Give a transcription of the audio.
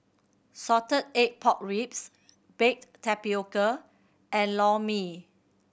salted egg pork ribs baked tapioca and Lor Mee